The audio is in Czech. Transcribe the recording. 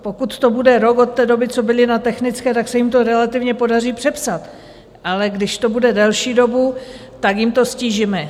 Pokud to bude rok od té doby, co byli na technické, tak se jim to relativně podaří přepsat, ale když to bude delší dobu, tak jim to ztížíme.